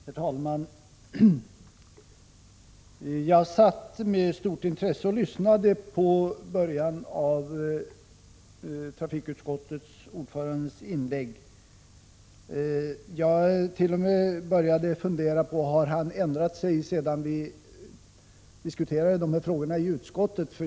Herr talman! Jag lyssnade med stort intresse på början av trafikutskottsordförandens inlägg och började t.o.m. fundera över om han hade ändrat sig sedan vi diskuterade frågorna i utskottet.